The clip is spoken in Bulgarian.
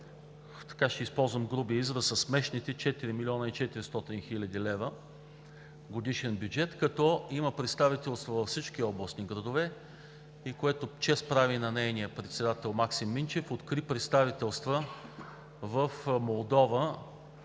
– ще използвам грубия израз – със смешните 4 млн. 400 хил. лв. годишен бюджет, като има представителство във всички областни градове. Чест прави на нейния председател Максим Минчев, че откри представителства в Молдова